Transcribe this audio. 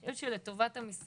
אבל אני חושבת שזה לטובת המשרד,